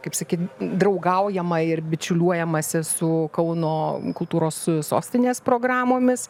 kaip sakyt draugaujama ir bičiuliuojamasi su kauno kultūros sostinės programomis